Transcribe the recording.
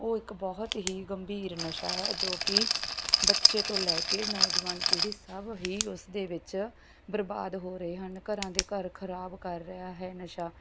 ਉਹ ਇੱਕ ਬਹੁਤ ਹੀ ਗੰਭੀਰ ਨਸ਼ਾ ਹੈ ਜੋ ਕਿ ਬੱਚੇ ਤੋਂ ਲੈ ਕੇ ਨੌਜਵਾਨ ਪੀੜ੍ਹੀ ਸਭ ਹੀ ਉਸਦੇ ਵਿੱਚ ਬਰਬਾਦ ਹੋ ਰਹੇ ਹਨ ਘਰਾਂ ਦੇ ਘਰ ਖਰਾਬ ਕਰ ਰਿਹਾ ਹੈ ਨਸ਼ਾ